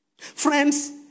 Friends